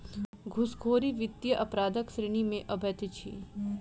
घूसखोरी वित्तीय अपराधक श्रेणी मे अबैत अछि